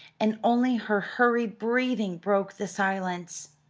and only her hurried breathing broke the silence.